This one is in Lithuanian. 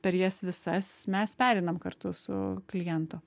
per jas visas mes pereinam kartu su klientu